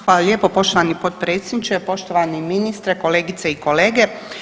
Hvala lijepa poštovani potpredsjedniče, poštovani ministre, kolegice i kolege.